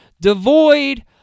devoid